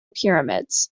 pyramids